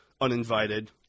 uninvited